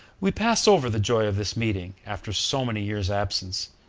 we pass over the joy of this meeting after so many years' absence,